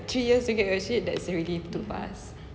three years to get your shit that's really too fast